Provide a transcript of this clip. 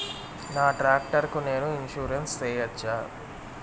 నా టాక్టర్ కు నేను ఇన్సూరెన్సు సేయొచ్చా?